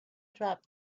dropped